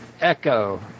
Echo